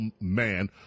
man